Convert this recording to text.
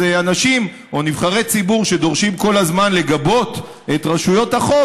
אז אנשים או נבחרי ציבור שדורשים כל הזמן לגבות את רשויות החוק,